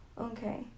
Okay